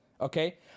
okay